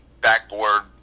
backboard